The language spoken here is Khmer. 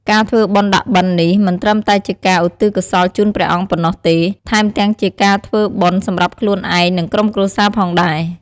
ការធ្វើបុណ្យដាក់បិណ្ឌនេះមិនត្រឹមតែជាការឧទ្ទិសកុសលជូនព្រះអង្គប៉ុណ្ណោះទេ ថែមទាំងជាការធ្វើបុណ្យសម្រាប់ខ្លួនឯង និងក្រុមគ្រួសារផងដែរ។